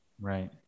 Right